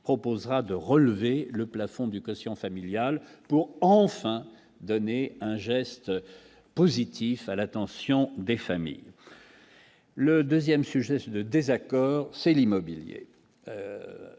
proposera de relever le plafond du quotient familial pour enfin donner un geste positif à l'attention des familles. Le 2ème sujet de désaccord, c'est l'immobilier